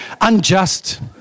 unjust